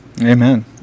Amen